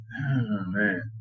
man